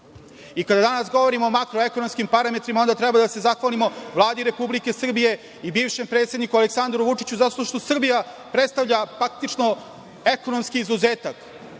danas govorimo o makroekonomskim parametrima onda treba da se zahvalimo Vladi Republike Srbije i bivšem predsedniku Aleksandru Vučiću, zato što Srbija predstavlja praktično ekonomski izuzetak